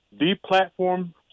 deplatform